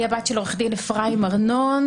אני הבת של עו"ד אפרים ארנון,